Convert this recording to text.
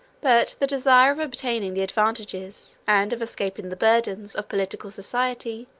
but the desire of obtaining the advantages, and of escaping the burdens, of political society,